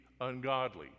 ungodly